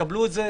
קבלו את זה,